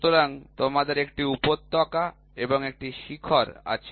সুতরাং তোমাদের একটি উপত্যকা এবং একটি শিখর আছে